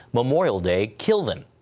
memorial day killed them.